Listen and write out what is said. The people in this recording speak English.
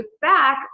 back